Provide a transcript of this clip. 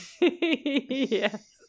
yes